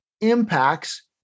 impacts